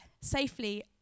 safely